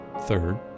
Third